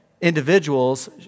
individuals